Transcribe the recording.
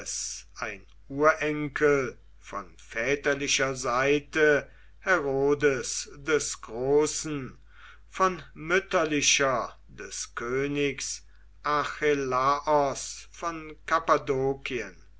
ein urenkel von väterlicher seite herodes des großen von mütterlicher des königs archelaos von